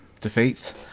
defeats